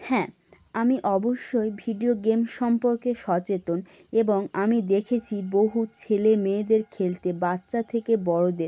হ্যাঁ আমি অবশ্যই ভিডিও গেম সম্পর্কে সচেতন এবং আমি দেখেছি বহু ছেলে মেয়েদের খেলতে বাচ্চা থেকে বড়দের